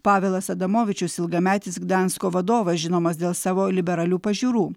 pavelas adamovičius ilgametis gdansko vadovas žinomas dėl savo liberalių pažiūrų